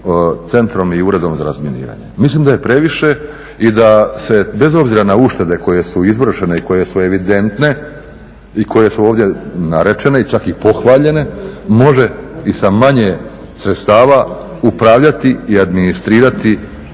centrom i Uredom za razminiranje. Mislim da je previše i da se bez obzira na uštede koje su izvršene i koje su evidentne i koje su ovdje narečene i čak i pohvaljene može i sa manje sredstava upravljati i administrirati